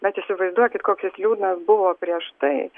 bet įsivaizduokit koks jis liūdnas buvo prieš tai